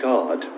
God